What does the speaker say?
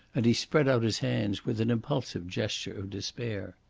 and he spread out his hands with an impulsive gesture of despair.